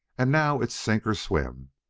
and now it's sink or swim,